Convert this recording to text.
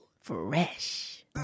Fresh